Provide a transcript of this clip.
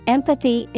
Empathy